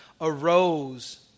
Arose